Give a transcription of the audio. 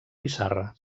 pissarra